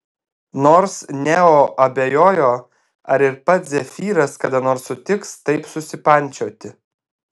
nors neo abejojo ar ir pats zefyras kada nors sutiks taip susipančioti